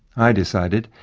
i decided